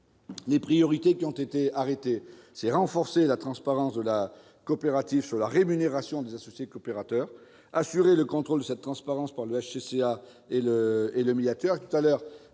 Ces priorités sont de renforcer la transparence de la coopérative sur la rémunération des associés coopérateurs et d'assurer le contrôle de cette transparence par le HCCA et le médiateur.